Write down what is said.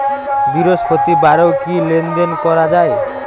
বৃহস্পতিবারেও কি লেনদেন করা যায়?